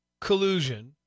collusion